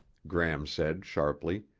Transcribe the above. gram said sharply,